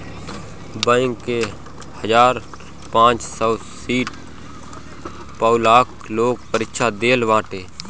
bank के हजार पांच सौ सीट पअ लाखो लोग परीक्षा देहले बाटे